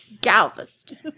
galveston